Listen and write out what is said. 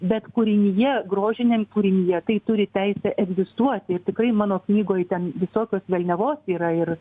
bet kūrinyje grožiniam kūrinyje tai turi teisę egzistuoti tikrai mano knygoj ten visokios velniavos yra ir